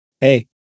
Hey